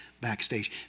backstage